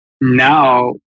Now